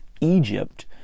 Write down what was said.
Egypt